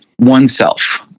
oneself